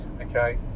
okay